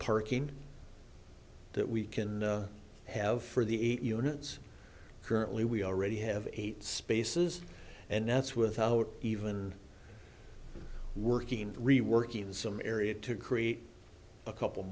parking that we can have for the eight units currently we already have eight spaces and that's without even working reworking some area to create a couple